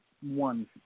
one